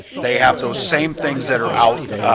they have those same things that are out